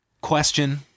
question